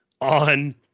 on